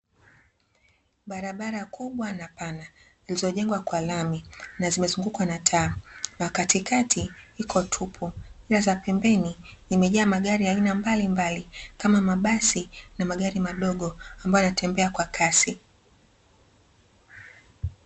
Barabara kubwa na pana, zilizojengwa kwa lami na zimezungukwa na taa, ya katikati iko tupu, ila za pembeni zimejaa magari ya aina mbalimbali kama; mabasi na magari madogo ambayo yanatembea kwa kasi.